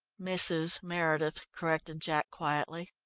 mrs. meredith, corrected jack quietly.